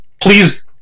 please